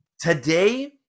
Today